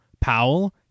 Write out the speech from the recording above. Powell